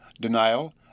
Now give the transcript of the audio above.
Denial